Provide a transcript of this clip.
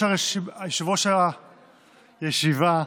יושב-ראש הישיבה,